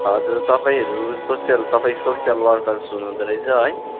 हजुर तपाईँहरू सोसियल तपाईँ सोसियल वर्कर्स हुनु हुँदो रहेछ है